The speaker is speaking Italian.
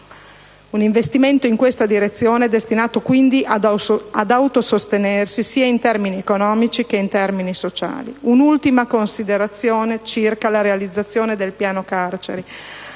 Un investimento in questa direzione è destinato, quindi, ad autosostenersi, sia in termini economici che in termini sociali. Infine, un'ultima considerazione relativa alla realizzazione del Piano carceri.